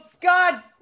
god